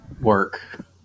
work